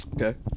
Okay